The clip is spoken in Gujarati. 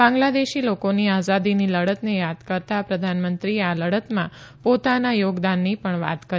બાંગ્લાદેશી લોકોની આઝાદીની લડતને યાદ કરતા પ્રધાનમંત્રીએ આ લડતમાં પોતાના યોગદાનની પણ વાત કરી